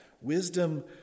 Wisdom